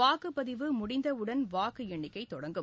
வாக்குப்பதிவு முடிந்தவுடன் வாக்குஎண்ணிக்கைதொடங்கும்